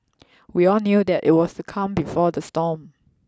we all knew that it was the calm before the storm